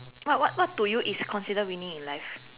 what what what to you is considered winning in life